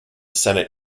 senate